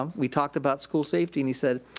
um we talked about school safety and he said,